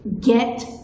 get